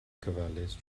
gofalus